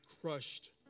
crushed